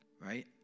right